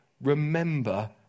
remember